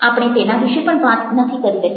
આપણે તેના વિશે પણ વાત નથી કરી રહ્યા